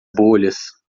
bolhas